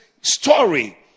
story